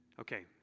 Okay